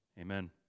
Amen